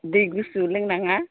दै गुसु लोंनाङा